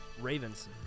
Ravens